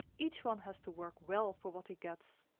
each one has to work well for what he gets.